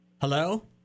Hello